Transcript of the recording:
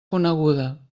coneguda